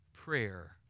prayer